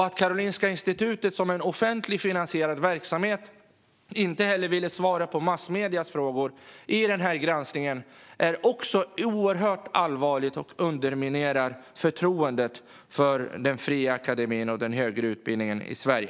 Att Karolinska institutet, som är en offentligt finansierad verksamhet, inte ville svara på massmediernas frågor i denna granskning är allvarligt. Också det underminerar förtroendet för den fria akademin och den högre utbildningen i Sverige.